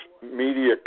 Media